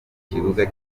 kibuga